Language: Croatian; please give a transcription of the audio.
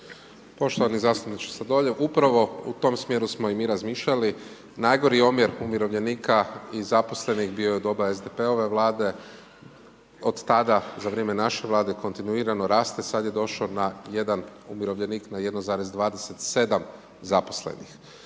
Poštovani zastupniče Sladoljev, upravo u tom smjeru smo i mi razmišljali, najgori omjer umirovljenika i zaposlenih bio je u doba SDP-ove Vlade, od tada za vrijeme naše Vlade kontinuirano raste, sad je došao na 1 umirovljenik na 1,27 zaposlenih.